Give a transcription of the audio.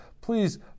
please